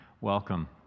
Welcome